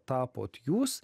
tapote jūs